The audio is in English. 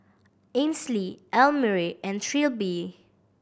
Ainsley Elmire and Trilby